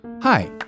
Hi